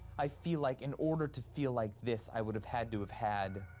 i feel like in order to feel like this, i would have had to have had.